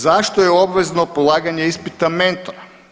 Zašto je obvezno polaganje ispita mentora?